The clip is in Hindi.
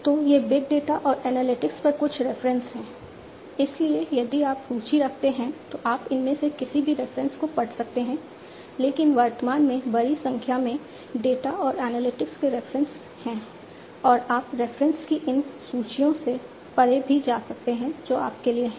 तो ये बिग डेटा और एनालिटिक्स पर कुछ रेफरेंसेस की इन सूचियों से परे भी जा सकते हैं जो आपके लिए हैं